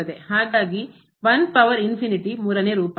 ಹಾಗಾಗಿ 1 ಪವರ್ ಅನಂತ 3 ನೇ ರೂಪ